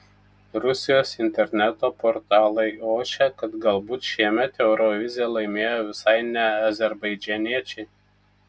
rusijos interneto portalai ošia kad galbūt šiemet euroviziją laimėjo visai ne azerbaidžaniečiai